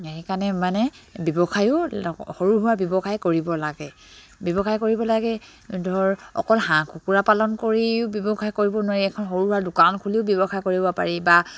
সেইকাৰণে মানে ব্যৱসায়ো সৰু সুৰা ব্যৱসায় কৰিব লাগে ব্যৱসায় কৰিব লাগে ধৰক অকল হাঁহ কুকুৰা পালন কৰিও ব্যৱসায় কৰিব নোৱাৰি এখন সৰু সুৰা দোকান খুলিও ব্যৱসায় কৰিব পাৰি বা